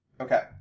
Okay